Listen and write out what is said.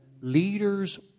leaders